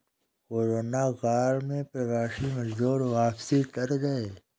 corona काल में प्रवासी मजदूर वापसी कर गए